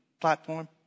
platform